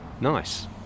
Nice